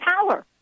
power